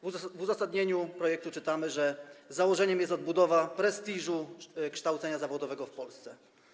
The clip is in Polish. W uzasadnieniu projektu czytamy, że założeniem jest odbudowa prestiżu kształcenia zawodowego w Polsce.